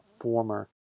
former